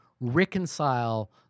reconcile